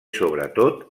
sobretot